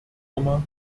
der